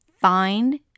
find